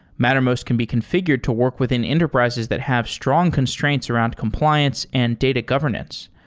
mattermost can be configured to work within enterprises that have strong constraints around compliance and data governance.